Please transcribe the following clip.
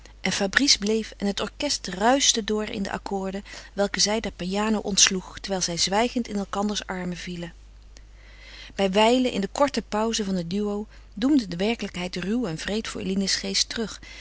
en fabrice bleef en het orchest ruischte door in de akkoorden welke zij der piano ontsloeg terwijl zij zwijgend in elkanders armen vielen bijwijlen in de korte pauzen van het duo doemde de werkelijkheid ruw en wreed voor eline's geest terug